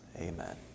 amen